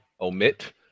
omit